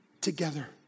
Together